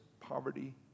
Poverty